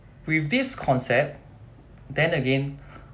with this concept then again